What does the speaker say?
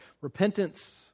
Repentance